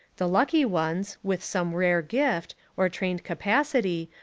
the lucky ones, with some rare gift, or trained capacity,